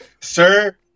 Sir